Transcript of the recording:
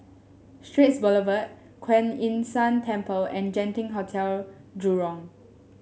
Straits Boulevard Kuan Yin San Temple and Genting Hotel Jurong